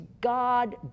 God